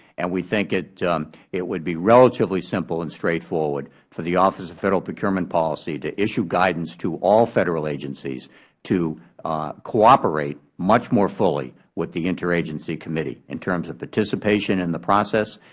and we think it it would be relatively simple and straightforward for the office of federal procurement policy to issue guidance to all federal agencies to cooperate much more fully with the interagency committee in terms of participation in and the process,